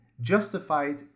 justified